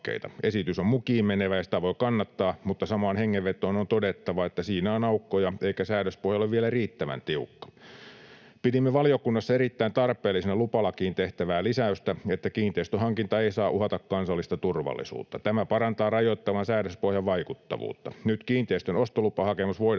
Esitys on mukiinmenevä, ja sitä voi kannattaa, mutta samaan hengenvetoon on todettava, että siinä on aukkoja eikä säädöspohja ole vielä riittävän tiukka. Pidimme valiokunnassa erittäin tarpeellisena lupalakiin tehtävää lisäystä, että kiinteistön hankinta ei saa uhata kansallista turvallisuutta. Tämä parantaa rajoittavan säädöspohjan vaikuttavuutta. Nyt kiinteistön ostolupahakemus voidaan